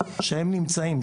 שהם נמצאים,